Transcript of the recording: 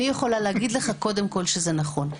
אני יכולה להגיד לך קודם כל שזה נכון.